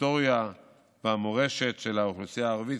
ההיסטוריה והמורשת של האוכלוסייה הערבית,